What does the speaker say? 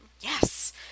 Yes